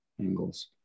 angles